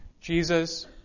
Jesus